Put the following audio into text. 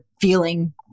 feeling